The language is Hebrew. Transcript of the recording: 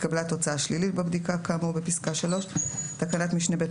(4)התקבלה תוצאה שלילית בבדיקה כאמור בפסקה (3); (ג) תקנת משנה (ב)